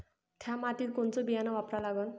थ्या मातीत कोनचं बियानं वापरा लागन?